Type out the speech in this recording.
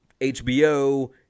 HBO